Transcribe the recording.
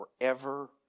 forever